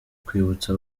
kwibutsa